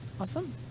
Awesome